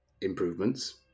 improvements